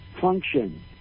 function